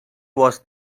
was